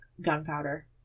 gunpowder